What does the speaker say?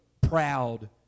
proud